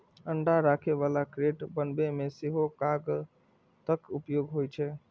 अंडा राखै बला क्रेट बनबै मे सेहो कागतक उपयोग होइ छै